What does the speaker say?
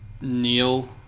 Neil